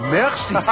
merci